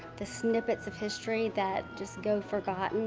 the snippets of history that just go forgotten